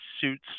suits